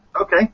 Okay